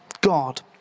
God